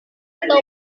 atau